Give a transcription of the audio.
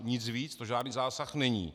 Nic víc, to žádný zásah není